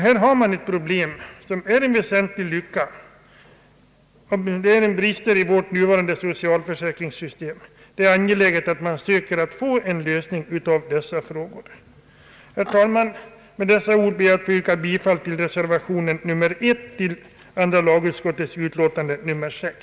Här har man ett väsentligt problem som gäller tryggheten, brister i vårt nuvarande socialförsäkringssystem som det är angeläget att man söker finna lösningen på. Herr talman, med dessa ord ber jag att få yrka bifall till reservation 1 till andra lagutskottets utlåtande nr 6.